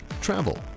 Travel